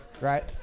Right